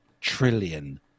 trillion